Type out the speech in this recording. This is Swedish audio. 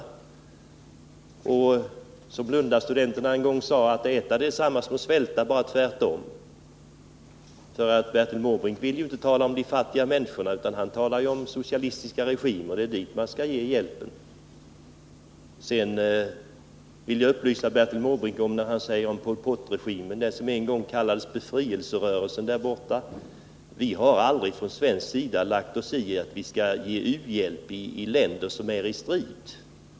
Och jag kan erinra om det som Lundastudenterna en gång sade: Att äta är detsamma som att svälta, bara tvärtom. Men Bertil Måbrink vill inte tala om de fattiga människorna, utan han talar om socialistiska regimer och om att det är dit hjälpen skall ges. När det gäller Pol Pot-regimen, som en gång kallades för en befrielserörelse, vill jag upplysa Bertil Måbrink om att vi från svensk sida aldrig har sagt att vi skall ge u-hjälp till länder som är i strid.